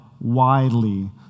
widely